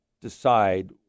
decide